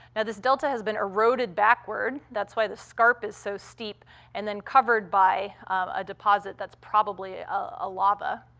now, this delta has been eroded backward that's why the scarp is so steep and then covered by a deposit that's probably a lava.